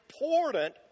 important